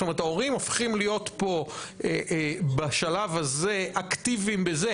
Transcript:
זאת אומרת ההורים הופכים להיות פה בשלב הזה אקטיביים בזה.